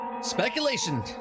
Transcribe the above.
Speculation